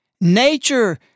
Nature